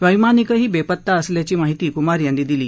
वैमानिकही बेपत्ता असल्याची माहीती कुमार यांनी दिली